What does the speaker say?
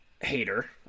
hater